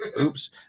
oops